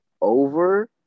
over